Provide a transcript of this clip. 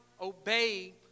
Obey